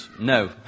No